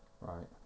Right